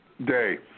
day